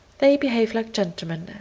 they behave like gentlemen,